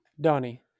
Donnie